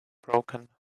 broken